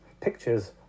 pictures